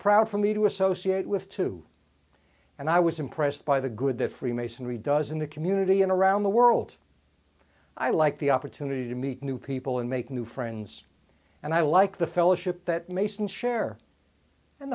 proud for me to associate with too and i was impressed by the good that freemasonry does in the community and around the world i like the opportunity to meet new people and make new friends and i like the fellowship that masons share and